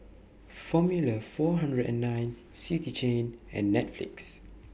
Formula four hundred and nine City Chain and Netflix